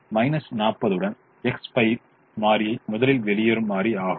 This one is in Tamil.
எனவே 40 உடன் எக்ஸ் 5 மாறி முதலில் வெளியேறும் மாறி ஆகும்